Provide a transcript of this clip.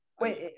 Wait